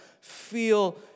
feel